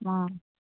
ஆ